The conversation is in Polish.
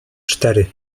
cztery